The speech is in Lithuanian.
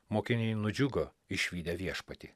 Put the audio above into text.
mokiniai nudžiugo išvydę viešpatį